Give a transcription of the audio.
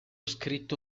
scritto